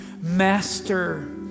master